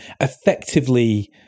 effectively